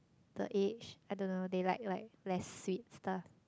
the age I don't know they like like less sweet stuff